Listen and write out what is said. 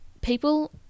People